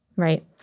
Right